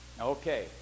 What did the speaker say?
Okay